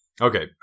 okay